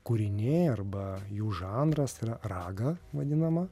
kūriniai arba jų žanras yra raga vadinama